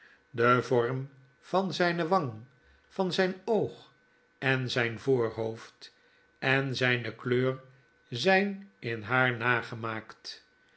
de vorm van zpe wang van zp oog en zjjn voorhoofd en zijne kleur zp in haar nagemaakt